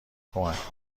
کمک